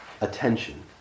attention